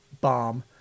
bomb